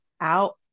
out